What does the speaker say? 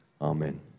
amen